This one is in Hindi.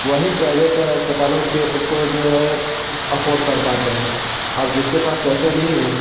वही प्राइवेट अस्पतालों के को जो है अफॉर्ड कर पाते हैं अब जिसके पास पैसे नहीं हैं